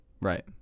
Right